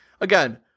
Again